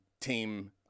team